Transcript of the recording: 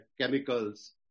chemicals